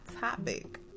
topic